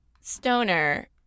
Stoner